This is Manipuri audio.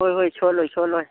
ꯍꯣꯏ ꯍꯣꯏ ꯁꯣꯠꯂꯣꯏ ꯁꯣꯠꯂꯣꯏ